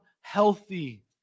healthy